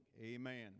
Amen